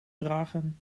dragen